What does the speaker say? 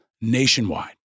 nationwide